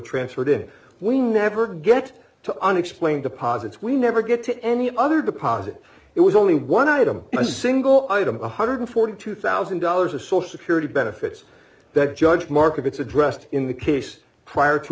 transferred in we never get to unexplained deposits we never get to any other deposit it was only one item a single item one hundred forty two thousand dollars or so security benefits that judge markets addressed in the case prior to